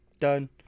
Done